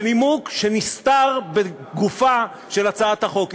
בנימוק שנסתר בגופה של הצעת החוק.